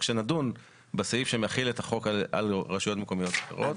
כשנדון בסעיף שמחיל את החוק על רשויות מקומיות אחרות,